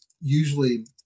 usually